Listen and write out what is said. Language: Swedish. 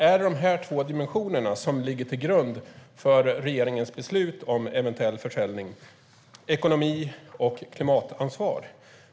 Är de två dimensionerna som ligger till grund för regeringens beslut om eventuell försäljning ekonomi och klimatansvar?